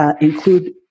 include